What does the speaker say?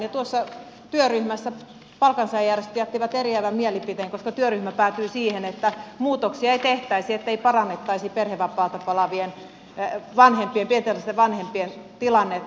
tuossa työryhmässä palkansaajajärjestöt jättivät eriävän mielipiteen koska työryhmä päätyi siihen että muutoksia ei tehtäisi ettei parannettaisi perhevapaalta palaavien pienten lasten vanhempien tilannetta